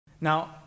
Now